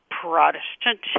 Protestant